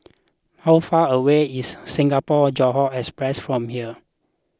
how far away is Singapore Johore Express from here